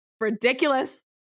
ridiculous